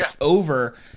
Over